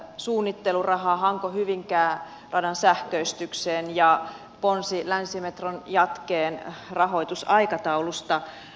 suunnitteluraha hankohyvinkää radan sähköistykseen ja ponsi länsimetron jatkeen rahoitusaikataulusta